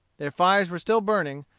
their fires were still burning,